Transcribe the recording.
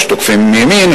יש תוקפים מימין,